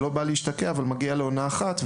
שלא בא להשתקע אבל מגיע לעונה אחת,